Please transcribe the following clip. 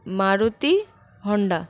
Maruti Honda